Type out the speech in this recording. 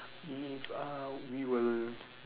um uh we will